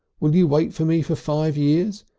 will you wait for me for five years?